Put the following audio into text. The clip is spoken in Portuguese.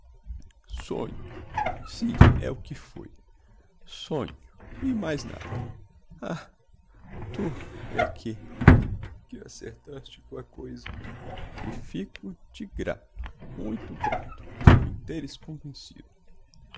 sonho so nho sim é o que foi so nho e mais nada ah tu é que que acertaste com a coisa e fico te grato muito grato por